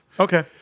Okay